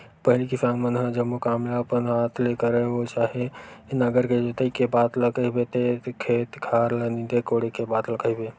पहिली किसान मन ह जम्मो काम ल अपन हात ले करय चाहे ओ नांगर के जोतई के बात ल कहिबे ते खेत खार ल नींदे कोड़े बात ल कहिबे